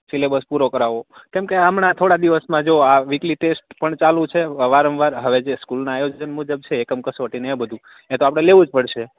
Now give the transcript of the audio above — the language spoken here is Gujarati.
સિલેબસ પૂરો કરાવવો કેમ કે હમણાં થોડા દિવસમાં જો આ વિકલી ટેસ્ટ પણ ચાલુ છે વારંવાર હવે જે સ્કૂલના આયોજન મુજબ છે એકમ કસોટી ને એ બધું એ તો આપણે લેવું જ પડશે